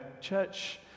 church